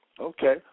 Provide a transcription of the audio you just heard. okay